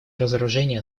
разоружение